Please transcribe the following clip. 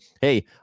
Hey